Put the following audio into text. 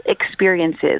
experiences